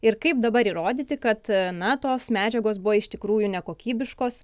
ir kaip dabar įrodyti kad na tos medžiagos buvo iš tikrųjų nekokybiškos